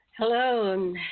Hello